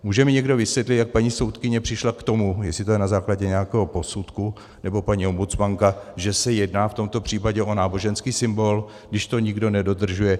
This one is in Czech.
Může mi někdo vysvětlit, jak paní soudkyně přišla k tomu, jestli to je na základě nějakého posudku, nebo paní ombudsmanka, že se jedná v tomto případě o náboženský symbol, když to nikdo nedodržuje?